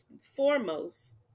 foremost